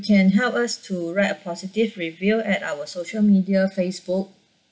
can help us to write a positive review at our social media facebook